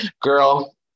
girl